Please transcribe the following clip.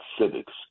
civics